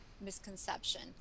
misconception